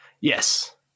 Yes